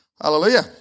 Hallelujah